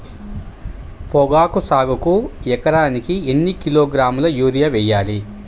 పొగాకు సాగుకు ఎకరానికి ఎన్ని కిలోగ్రాముల యూరియా వేయాలి?